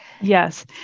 Yes